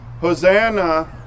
Hosanna